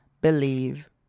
believe